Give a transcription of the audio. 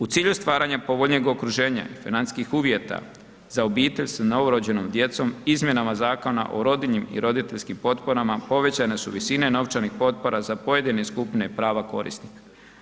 U cilju stvaranja povoljnijeg okruženja i financijskih uvjeta za obitelj s novorođenom djecom izmjenama Zakona o rodiljnim i roditeljskim potporama povećane su visine novčanih potpora za pojedine skupine prava korisnika.